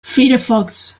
firefox